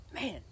man